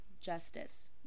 justice